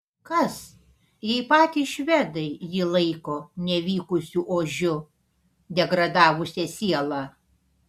kas jei patys švedai jį laiko nevykusiu ožiu degradavusia siela